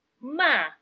Ma